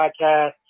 podcast